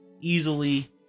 easily